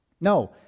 No